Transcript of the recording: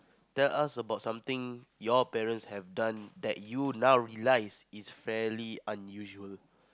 tell us about something your parents have done that you now realise is fairly unusual